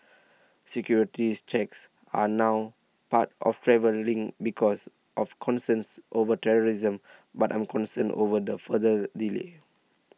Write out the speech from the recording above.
securities checks are now part of travelling because of concerns over terrorism but I'm concerned over the further delay